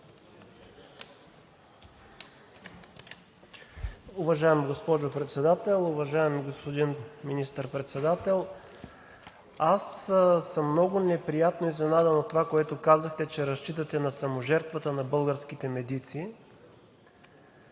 Уважаема госпожо Председател, уважаеми господин Министър-председател! Аз съм много неприятно изненадан от това, което казахте, че разчитате на саможертвата на българските медици.